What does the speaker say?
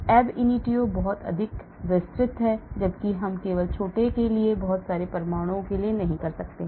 ab initio बहुत अधिक विस्तृत है जबकि हम केवल छोटे के लिए बहुत सारे परमाणुओं के लिए नहीं कर सकते हैं